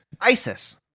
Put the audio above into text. ISIS